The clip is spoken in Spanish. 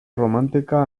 romántica